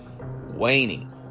waning